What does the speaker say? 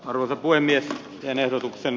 ortvoimien tuen ehdotuksen